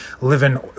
living